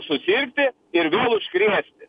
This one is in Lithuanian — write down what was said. susirgti ir vėl užkrėsti